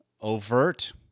overt